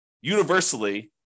universally